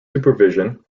supervision